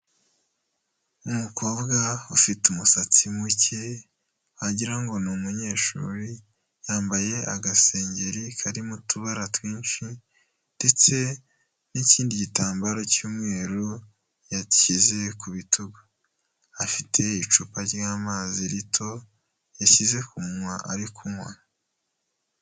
Umukobwa ufite umusatsi muke wagira ngo ni umunyeshuri, yambaye agasengeri karimo utubara twinshi ndetse n'ikindi gitambaro cy'umweru yashyize ku bitugu, afite icupa ry'amazi rito yashyize ku munwa ari kunywa.